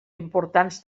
importants